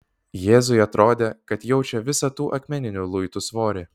jėzui atrodė kad jaučia visą tų akmeninių luitų svorį